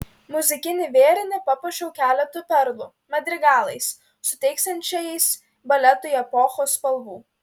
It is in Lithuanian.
muzikinį vėrinį papuošiau keletu perlų madrigalais suteiksiančiais baletui epochos spalvų